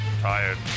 tired